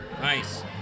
Nice